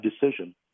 decision